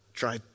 Try